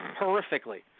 Horrifically